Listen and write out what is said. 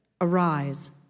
Arise